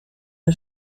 der